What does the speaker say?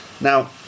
Now